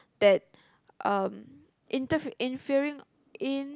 that um interfere inferring in~